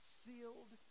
sealed